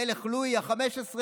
המלך לואי ה-15,